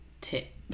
tip